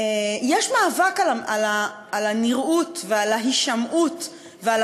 יש מאבק על הנראות ועל ההישמעות ועל